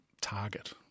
target